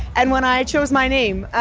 and when i chose my name,